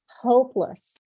hopeless